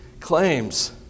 claims